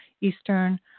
Eastern